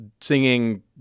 singing